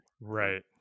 right